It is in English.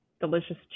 delicious